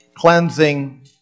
Cleansing